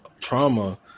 trauma